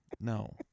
No